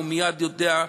הוא מייד יודע,